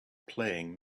playing